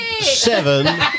seven